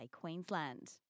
Queensland